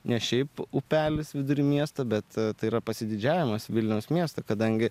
ne šiaip upelis vidury miesto bet tai yra pasididžiavimas vilniaus miesto kadangi